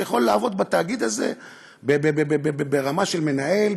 שיכול לעבוד בתאגיד הזה ברמה של מנהל,